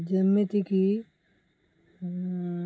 ଯେମିତିକି